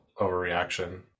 overreaction